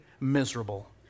miserable